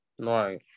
Right